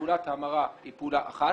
שפעולת ההמרה היא פעולה אחת